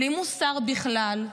בלי מוסר בכלל,